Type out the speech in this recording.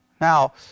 Now